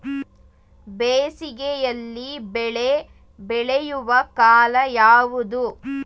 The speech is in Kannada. ಬೇಸಿಗೆ ಯಲ್ಲಿ ಬೆಳೆ ಬೆಳೆಯುವ ಕಾಲ ಯಾವುದು?